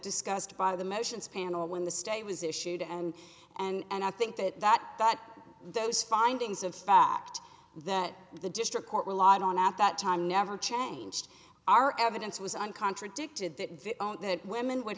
discussed by the motions panel when the stay was issued and and i think that that that those findings of fact that the district court relied on at that time never changed our evidence was an contradicted that women would